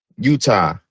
Utah